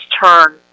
turn